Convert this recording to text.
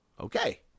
okay